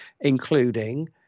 including